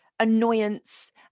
annoyance